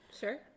Sure